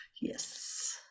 Yes